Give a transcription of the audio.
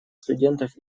студентов